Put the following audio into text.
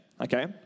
okay